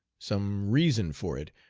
some reason for it,